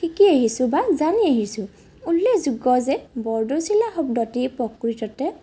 শিকি আহিছোঁ বা জানি আহিছোঁ উল্লেখযোগ্য যে বৰদৈচিলা শব্দটি প্ৰকৃততে